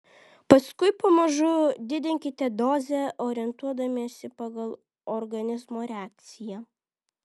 paskui pamažu didinkite dozę orientuodamiesi pagal organizmo reakciją